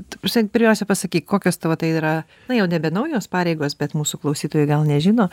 ta prasme pirmiausia pasakyk kokios tavo tai yra jau nebe naujos pareigos bet mūsų klausytojai gal nežino